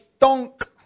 donk